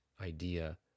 idea